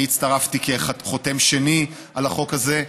אני הצטרפתי כחותם שני על החוק הזה.